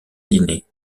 dîner